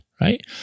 right